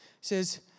says